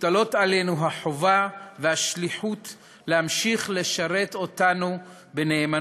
מוטלות עלינו החובה והשליחות להמשיך לשרת בנאמנות,